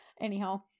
Anyhow